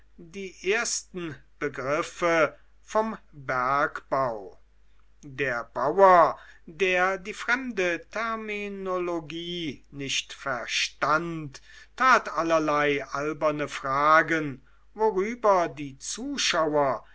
die ersten begriffe vom bergbau der bauer der die fremde terminologie nicht verstand tat allerlei alberne fragen worüber die zuschauer